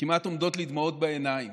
כמעט עומדות לי דמעות בעיניים